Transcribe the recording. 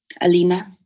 Alina